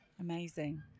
Amazing